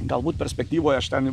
galbūt perspektyvoje aš ten